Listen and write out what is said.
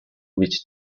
which